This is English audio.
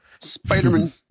Spider-Man